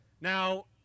Now